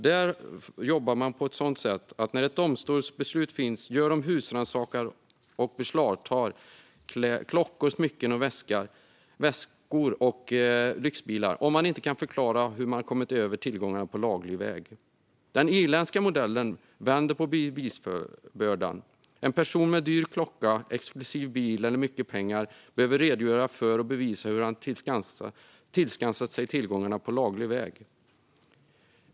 Där jobbar de på ett sådant sätt att när ett domstolsbeslut finns gör de husrannsakan och beslagtar klockor, smycken, väskor och lyxbilar om man inte kan förklara hur man kommit över tillgångarna på laglig väg. Den irländska modellen vänder på bevisbördan: En person med dyr klocka, exklusiv bil eller mycket pengar behöver redogöra för och bevisa hur han tillskansat sig tillgångarna på laglig väg.